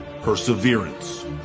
perseverance